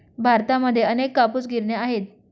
भारतामध्ये अनेक कापूस गिरण्या आहेत